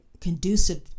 conducive